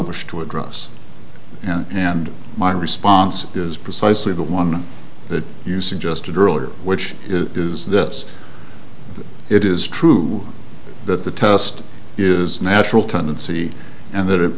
wish to address and my response is precisely the one that you suggested earlier which is this it is true that the test is a natural tendency and that it